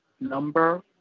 number